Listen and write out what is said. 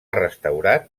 restaurat